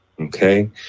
okay